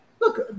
look